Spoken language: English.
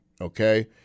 okay